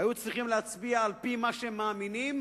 להצביע על-פי מה שהם מאמינים,